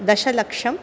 दशलक्षम्